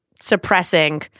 suppressing